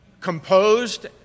composed